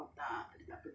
plus point